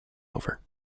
over